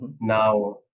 now